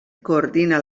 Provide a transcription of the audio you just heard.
coordina